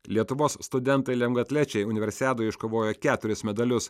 lietuvos studentai lengvaatlečiai universiadoje iškovojo keturis medalius